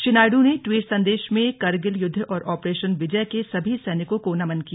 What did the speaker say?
श्री नायडू ने ट्वीट संदेश में करगिल युद्ध और ऑपरेशन विजय के सभी सैनिकों को नमन किया